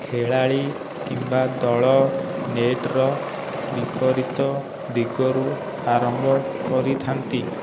ଖେଳାଳି କିମ୍ବା ଦଳ ନେଟ୍ର ବିପରୀତ ଦିଗରୁ ଆରମ୍ଭ କରିଥାନ୍ତି